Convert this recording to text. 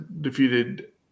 defeated